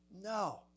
No